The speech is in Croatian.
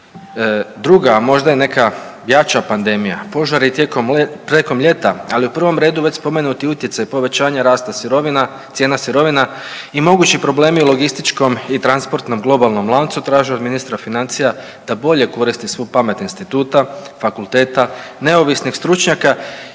druga, a možda i neka jača pandemija, požari tijekom ljeta ali u prvom redu već spomenuti utjecaj povećanja rasta cijena sirovina i mogući problemi u logističkom i transportnom globalnom lancu traže od ministra financija da bolje koristi svu pamet instituta, fakulteta, neovisnih stručnjaka